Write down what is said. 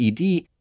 ED